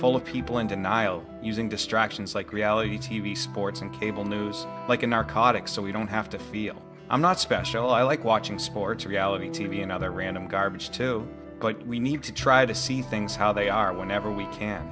full of people in denial using distractions like reality t v sports and cable news like a narcotic so we don't have to feel i'm not special i like watching sports reality t v and other random garbage too but we need to try to see things how they are whenever we